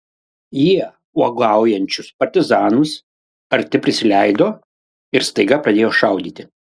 jie uogaujančius partizanus arti prisileido ir staiga pradėjo šaudyti